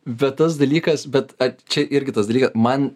bet tas dalykas bet a čia irgi tas dalykas man